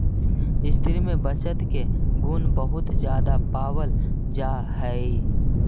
स्त्रि में बचत के गुण बहुत ज्यादा पावल जा हई